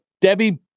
Debbie